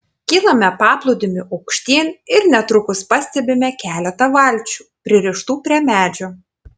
kylame paplūdimiu aukštyn ir netrukus pastebime keletą valčių pririštų prie medžio